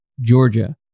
Georgia